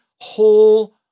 whole